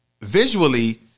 visually